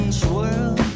swirl